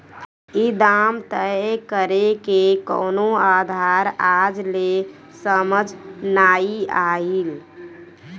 ई दाम तय करेके कवनो आधार आज ले समझ नाइ आइल